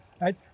right